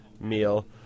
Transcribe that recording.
meal